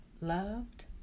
loved